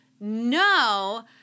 No